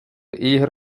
eher